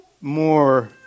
more